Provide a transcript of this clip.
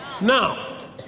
Now